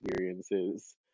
experiences